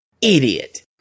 idiot